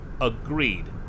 Agreed